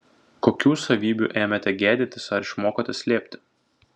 kokių savybių ėmėte gėdytis ar išmokote slėpti